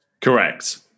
Correct